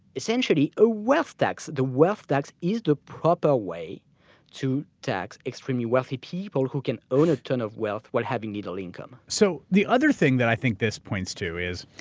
essentially, a wealth tax. the wealth, that is the proper way to tax extremely wealthy people who can own a ton of wealth while having little income. so the other thing that i think this points to is,